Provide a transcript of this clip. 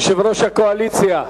יושב-ראש הקואליציה,